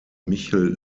michel